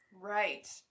Right